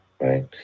right